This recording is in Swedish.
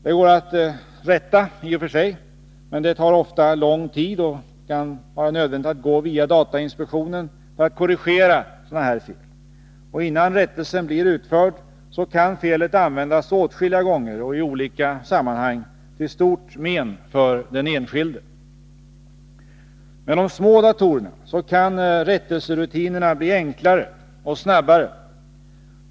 Det går i och för sig att rätta, men det tar ofta lång tid, och det kan vara nödvändigt att gå via datainspektionen för att korrigera sådana här fel. Innan rättelsen blir utförd kan felet användas åtskilliga gånger och i olika sammanhang till stort men för den enskilde. Med de små datorerna kan rättelserutinerna bli enklare och snabbare.